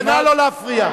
כצל'ה, נא לא להפריע.